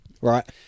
Right